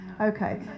Okay